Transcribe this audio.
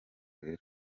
wera